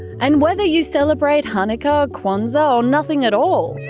and whether you celebrate hanukkah, kwanzaa or nothing at all,